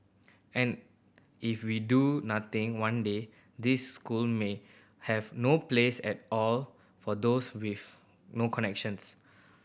and if we do nothing one day these school may have no place at all for those with no connections